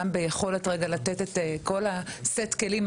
גם ביכולת רגע לתת את כל סט הכלים,